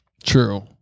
true